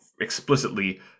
explicitly